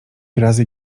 razy